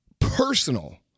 personal